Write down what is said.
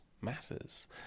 matters